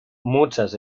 muchas